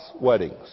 weddings